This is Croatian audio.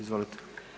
Izvolite.